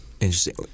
Interesting